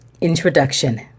Introduction